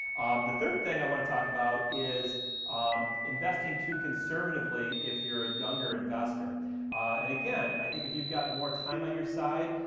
the third thing i wanna talk about is investing too conservatively if you're a younger investor and, again, i think if you've got more time on your side,